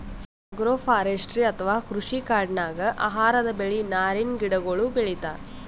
agroforestry ಅಥವಾ ಕೃಷಿ ಕಾಡಿನಾಗ್ ಆಹಾರದ್ ಬೆಳಿ, ನಾರಿನ್ ಗಿಡಗೋಳು ಬೆಳಿತಾರ್